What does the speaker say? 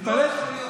לא יכול להיות.